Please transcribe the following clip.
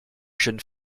jeune